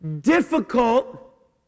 difficult